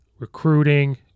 recruiting